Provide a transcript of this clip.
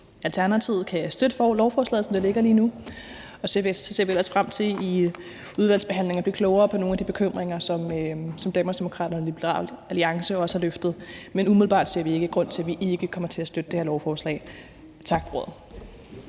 Alternativet kan støtte lovforslaget, som det ligger lige nu, og så ser vi ellers frem til i udvalgsbehandlingen at blive klogere på nogle af de bekymringer, som Danmarksdemokraterne og Liberal Alliance har givet udtryk for. Men umiddelbart ser vi ikke nogen grund til, at vi ikke kommer til at støtte det her lovforslag. Tak for ordet.